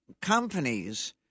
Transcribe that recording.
companies